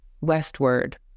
westward